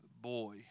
boy